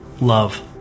Love